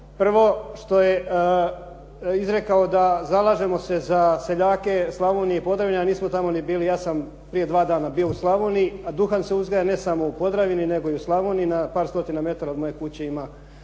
Prvo što je izrekao da zalažemo se za seljake Slavonije i Podravine, a nismo tamo ni bili. Ja sam prije dva dana bio u Slavoniji, a duhan se uzgaja ne samo u Podravini, nego i u Slavoniji na par stotina metara od moje kuće ima